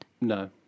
No